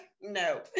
no